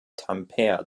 tampere